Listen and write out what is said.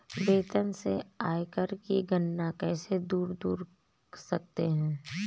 वेतन से आयकर की गणना कैसे दूर कर सकते है?